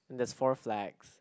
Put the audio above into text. there's four flags